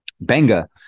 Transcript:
Benga